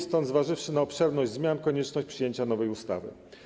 Stąd, zważywszy na obszerność zmian, konieczność przyjęcia nowej ustawy.